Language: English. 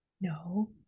no